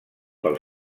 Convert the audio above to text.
pel